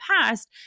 past